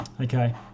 Okay